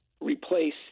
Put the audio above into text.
replace –